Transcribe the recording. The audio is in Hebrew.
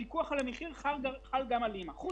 הפיקוח על המחירים חל גם על א.מ.א.